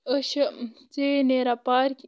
أسۍ چھِ ژیٖرۍ نیران پارکہِ